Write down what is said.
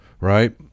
right